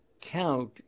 count